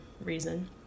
reason